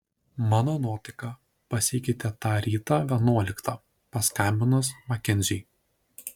mano nuotaika pasikeitė tą rytą vienuoliktą paskambinus makenziui